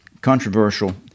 controversial